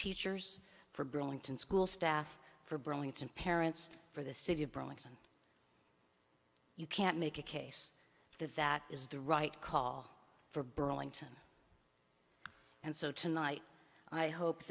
teachers for burlington school staff for burlington parents for the city of birmingham and you can't make a case that that is the right call for burlington and so tonight i hope